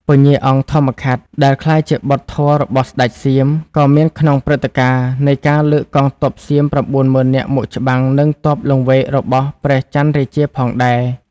ពញ្ញាអង្គធម្មខាត់ ដែលក្លាយជាបុត្រធម៌របស់ស្ដេចសៀម ក៏មានក្នុងព្រឹត្តិការណ៍ នៃការលើកកងទ័ពសៀម៩មុឺននាក់មកច្បាំង និងទ័ពលង្វែករបស់ព្រះចន្ទរាជាផងដែរ ។